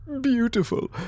beautiful